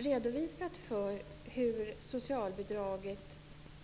Herr talman! Jag har redovisat att socialbidraget